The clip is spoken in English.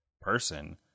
person